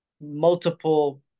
multiple